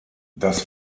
das